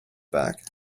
back